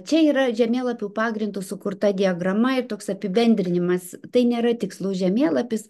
čia yra žemėlapių pagrindu sukurta diagrama ir toks apibendrinimas tai nėra tikslus žemėlapis